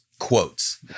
quotes